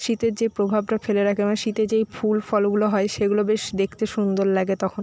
শীতের যে প্রভাবটা ফেলে রাখে মানে শীতে যেই ফুল ফলগুলো হয় সেগুলো বেশ দেখতে সুন্দর লাগে তখন